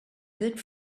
good